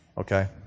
Okay